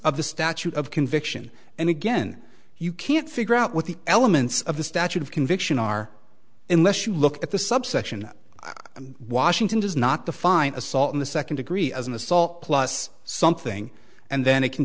of the statute of conviction and again you can't figure out what the elements of the statute of conviction are unless you look at the subsection i mean washington does not define assault in the second degree as an assault plus something and then it can